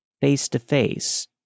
face-to-face